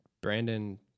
Brandon